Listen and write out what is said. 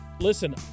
listen